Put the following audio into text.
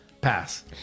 pass